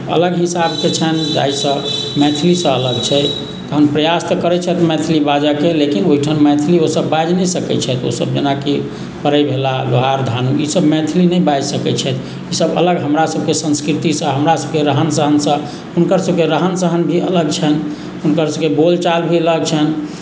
अलग हिसाबसँ छनि जाहिसँ मैथिलीसँ अलग छै तऽ प्रयास तऽ करै छथि मैथिली बाजैके लेकिन ओहिठाम मैथिली ओसब बाजि नहि सकै छथि ओसब जेनाकि बढ़इ भेला लोहार धानुक ईसब मैथिली नहि बाजि सकै छथि ईसब अलग हमरा सबके सन्स्कृतिसँ हमरा सबके रहन सहनसँ हुनकर सबके रहन सहन भी अलग छनि हुनकर सबके बोलचाल भी अलग छनि